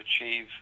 achieve